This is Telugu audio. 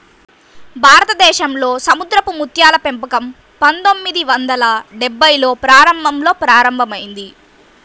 భారతదేశంలో సముద్రపు ముత్యాల పెంపకం పందొమ్మిది వందల డెభ్భైల్లో ప్రారంభంలో ప్రారంభమైంది